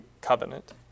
covenant